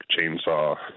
chainsaw